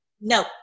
No